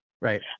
Right